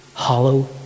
hollow